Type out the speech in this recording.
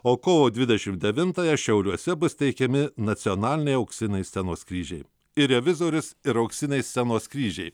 o kovo dvidešimt devintąją šiauliuose bus teikiami nacionaliniai auksiniai scenos kryžiai ir revizorius ir auksiniai scenos kryžiai